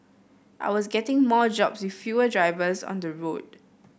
I was getting more jobs with fewer drivers on the road